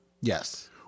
Yes